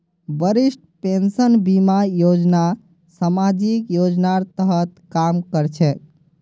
वरिष्ठ पेंशन बीमा योजना सामाजिक योजनार तहत काम कर छेक